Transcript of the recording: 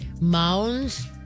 Mounds